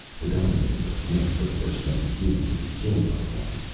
the donovan was named for the first known human to be killed by one.